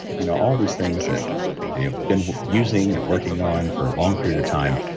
you know all these things that you have been using and working on for a long period of time,